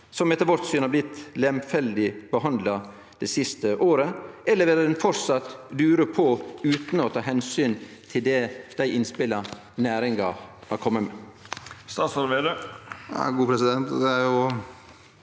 som etter vårt syn har blitt lemfeldig behandla det siste året? Eller vil ein framleis dure på, utan å ta omsyn til dei innspela næringa har kome med?